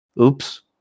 oops